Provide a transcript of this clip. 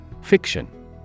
Fiction